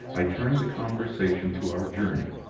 i turned the conversation to our journey.